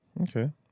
Okay